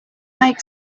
make